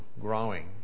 growing